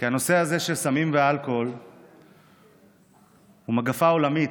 כי הנושא הזה של סמים ואלכוהול הוא מגפה עולמית,